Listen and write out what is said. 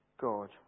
God